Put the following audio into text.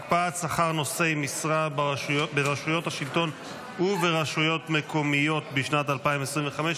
(הקפאת שכר נושאי משרה ברשויות השלטון וברשויות מקומיות בשנת 2025,